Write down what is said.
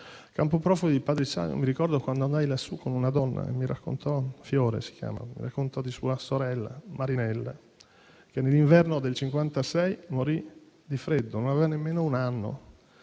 il campo profughi di Padriciano. Mi ricordo quando andai lassù con una donna, si chiamava Fiore, che mi raccontò di sua sorella Marinella, che nell'inverno del 1956 morì di freddo. Non aveva neanche un anno.